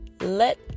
let